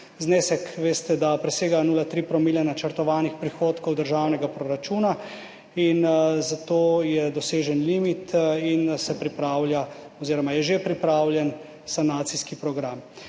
znesek presega 0,3 promile načrtovanih prihodkov državnega proračuna in zato je dosežen limit in se pripravlja oziroma je že pripravljen sanacijski program.